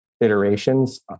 iterations